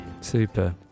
Super